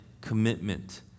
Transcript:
commitment